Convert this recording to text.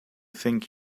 think